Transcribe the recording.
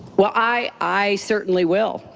well, i certainly will,